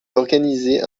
d’organiser